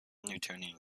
newtonian